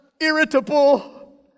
irritable